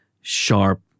sharp